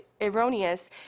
erroneous